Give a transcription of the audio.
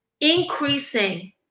increasing